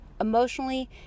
emotionally